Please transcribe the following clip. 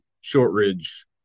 Shortridge